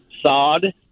sod